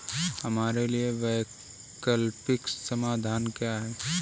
हमारे लिए वैकल्पिक समाधान क्या है?